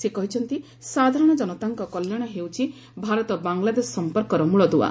ସେ କହିଛନ୍ତି ସାଧାରଣ ଜନତାଙ୍କ କଲ୍ୟାଣ ହେଉଛି ଭାରତ ବାଂଲାଦେଶ ସମ୍ପର୍କର ମୂଳଦୁଆ